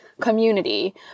community